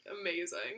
amazing